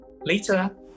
Later